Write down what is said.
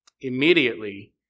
Immediately